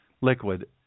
liquid